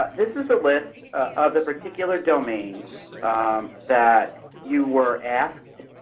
but this is a list of the particular domains that you were asked